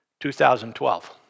2012